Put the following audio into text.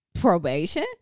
probation